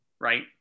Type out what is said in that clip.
right